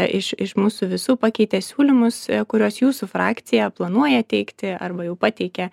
iš iš mūsų visų pakeitė siūlymus kuriuos jūsų frakcija planuoja teikti arba jau pateikė